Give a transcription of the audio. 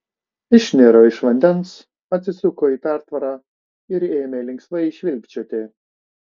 išniro iš vandens atsisuko į pertvarą ir ėmė linksmai švilpčioti